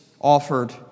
offered